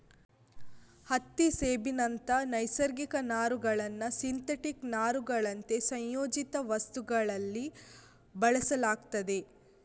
ಹತ್ತಿ, ಸೆಣಬಿನಂತ ನೈಸರ್ಗಿಕ ನಾರುಗಳನ್ನ ಸಿಂಥೆಟಿಕ್ ನಾರುಗಳಂತೆ ಸಂಯೋಜಿತ ವಸ್ತುಗಳಲ್ಲಿ ಬಳಸಲಾಗ್ತದೆ